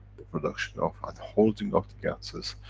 the production of and holding of the ganses,